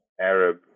Arab